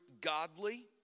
godly